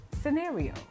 scenario